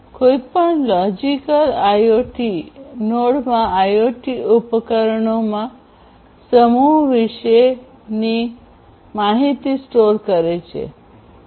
કોઈપણ logical IoT નોડમાં IoT ઉપકરણોના સમૂહ વિશેની માહિતી સ્ટોર કરે છે